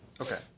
okay